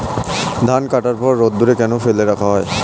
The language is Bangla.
ধান কাটার পর রোদ্দুরে কেন ফেলে রাখা হয়?